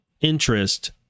interest